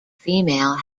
female